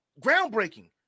groundbreaking